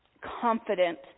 confident